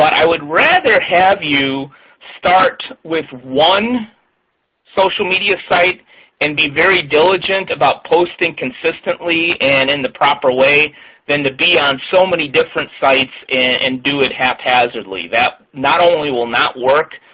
i would rather have you start with one social media site and be very diligent about posting consistently and in the proper way than to be on so many different sites and do it haphazardly. that, not only will not work,